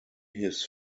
his